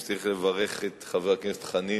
צריך לברך את חבר הכנסת חנין,